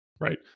right